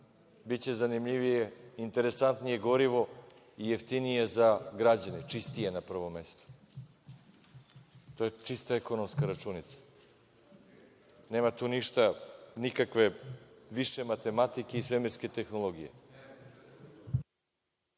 biće zanimljivije, interesantnije gorivo i jeftinije za građane, čistije na prvom mestu. To je čista ekonomska računica. Nema tu ništa nikakve više matematike i svemirske tehnologije.